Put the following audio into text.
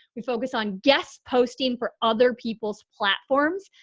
we focus on guest posting for other people's platforms.